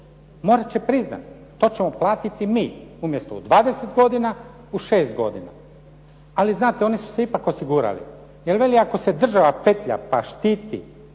Morati će priznati. To ćemo platiti mi umjesto u 20 godina, u 6 godina. Ali znate, oni su se ipak osigurali jer veli ako se država petlja pa štiti,